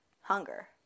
hunger